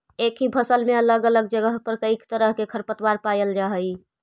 एक ही फसल में अलग अलग जगह पर कईक तरह के खरपतवार पायल जा हई